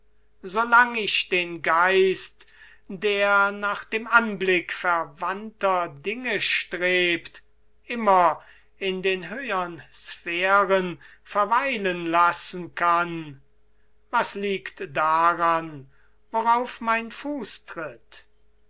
lang ich den geist der nach dem anblick verwandter dinge strebt immer in den höhern sphären verweilen lassen kann was liegt daran worauf mein fuß tritt